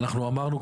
אנחנו אמרנו,